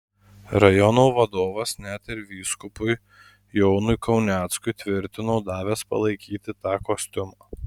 rajono vadovas net ir vyskupui jonui kauneckui tvirtino davęs palaikyti tą kostiumą